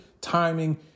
timing